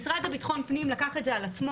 המשרד לביטחון פנים לקח את זה על עצמו,